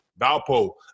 Valpo